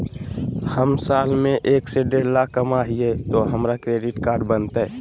हम साल में एक से देढ लाख कमा हिये तो हमरा क्रेडिट कार्ड बनते?